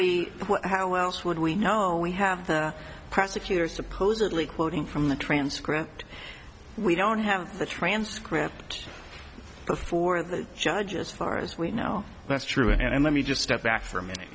we how else would we know we have the prosecutor supposedly quoting from the transcript we don't have the transcript before the judge as far as we know that's true and let me just step back for